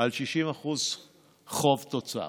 על 60% חוב תוצר,